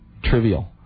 Trivial